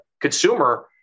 consumer